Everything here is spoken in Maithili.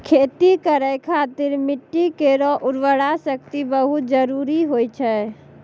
खेती करै खातिर मिट्टी केरो उर्वरा शक्ति बहुत जरूरी होय छै